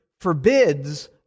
forbids